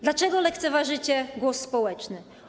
Dlaczego lekceważycie głos społeczny?